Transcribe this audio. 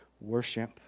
worship